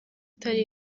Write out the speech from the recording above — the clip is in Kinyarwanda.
itari